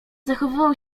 zachowywał